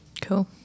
Cool